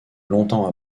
longtemps